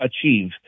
achieve